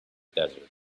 desert